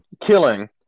killing